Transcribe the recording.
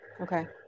Okay